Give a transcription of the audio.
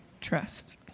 Trust